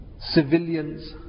civilians